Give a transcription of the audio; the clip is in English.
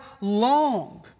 long